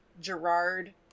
Gerard